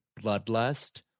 bloodlust